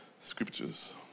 scriptures